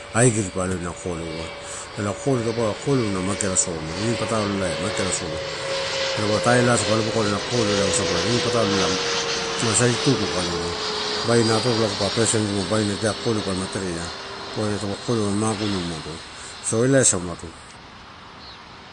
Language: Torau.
Aigirr pa aloina kokoleu ai, ela kokoleu, dapa kokoleu na mageala oma nipatalola mageala soma, dapaua taila asa, pa alobokoina, kokoleu tagu usagula inipatalola masai tuku kai aloina, baina atorola lago pa peresenimua, baina ida kokoleu palama terea paua eh kokoreu alon mugunu-u umado, so elaiasa umado.